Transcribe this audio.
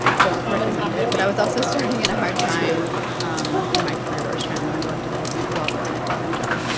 don't recommend it but i was also starting at a hard time in my career, where i was trying to learn web development while working a full-time job.